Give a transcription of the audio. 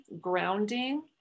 grounding